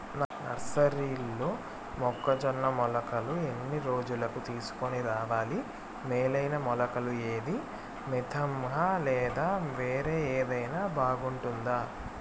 నర్సరీలో మొక్కజొన్న మొలకలు ఎన్ని రోజులకు తీసుకొని రావాలి మేలైన మొలకలు ఏదీ? మితంహ లేదా వేరే ఏదైనా బాగుంటుందా?